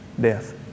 Death